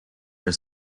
are